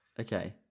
Okay